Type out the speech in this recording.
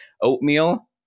oatmeal